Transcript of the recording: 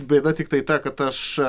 bėda tiktai ta kad aš